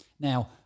Now